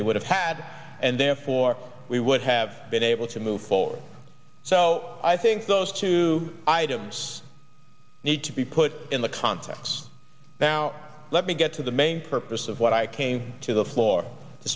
they would have had and therefore we would have been able to move forward so i think those two items need to be put in the conflicts now let me get to the main purpose of what i came to the floor to